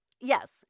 yes